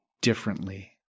differently